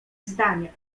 zdanie